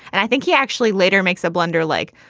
and i think he actually later makes a blunder like,